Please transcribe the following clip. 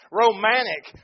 romantic